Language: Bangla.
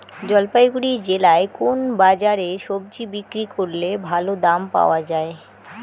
জলপাইগুড়ি জেলায় কোন বাজারে সবজি বিক্রি করলে ভালো দাম পাওয়া যায়?